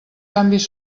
canvis